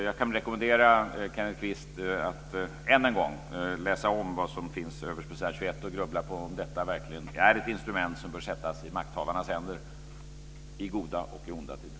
Jag kan rekommendera Kenneth Kvist att än en gång läsa om det som står överst på s. 21 och grubbla på om detta verkligen är ett instrument som bör sättas i makthavarnas händer i goda och i onda tider.